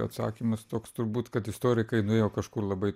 atsakymas toks turbūt kad istorikai nuėjo kažkur labai